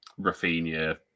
Rafinha